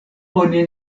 oni